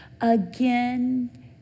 again